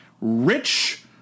rich